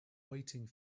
waiting